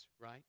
right